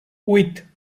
vuit